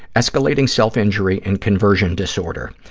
escalating self-injury and conversion disorder.